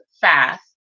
fast